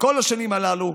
בכל השנים הללו,